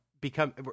become